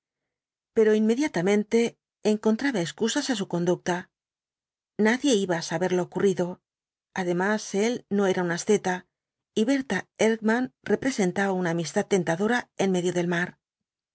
pero inmediatamente encontraba excusas á su conducta nadie iba á saber lo ocurrido además él no era un asceta y berta erckmann representaba una amistad tentadora en medio del mar